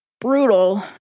brutal